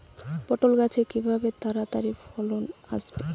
পটল গাছে কিভাবে তাড়াতাড়ি ফলন আসবে?